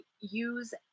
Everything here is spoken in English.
use